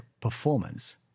performance